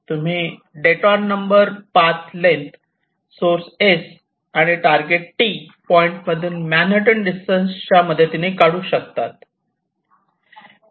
तुम्ही detour number path length source S आणि target T point मधील मॅनहॅटन डिस्टन्स च्या मदतीने काढू शकतात